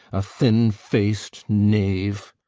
a thin-fac'd knave,